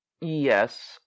Yes